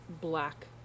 black